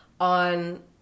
on